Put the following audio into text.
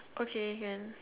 okay can